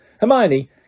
Hermione